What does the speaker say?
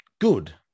good